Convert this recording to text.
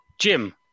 Jim